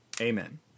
Amen